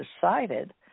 decided